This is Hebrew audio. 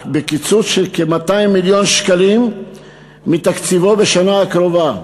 בקיצוץ של כ-200 מיליון שקלים מתקציבו בשנה הבאה.